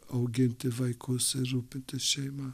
auginti vaikus ir rūpintis šeima